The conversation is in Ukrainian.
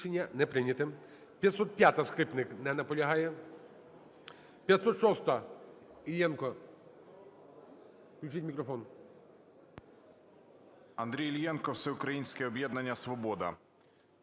Андрій Іллєнко, Всеукраїнське об'єднання "Свобода".